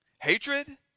Hatred